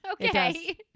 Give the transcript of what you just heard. okay